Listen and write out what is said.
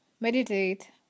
meditate